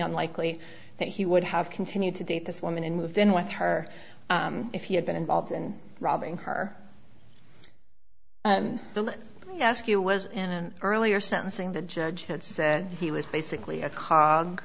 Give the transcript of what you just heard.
unlikely that he would have continued to date this woman and moved in with her if he had been involved in robbing her let me ask you was an earlier sentencing the judge had said he was basically a co